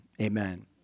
amen